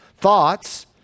thoughts